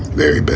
very